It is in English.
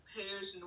Pairs